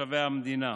לתושבי המדינה.